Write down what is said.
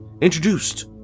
introduced